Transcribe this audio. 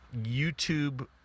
YouTube